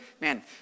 man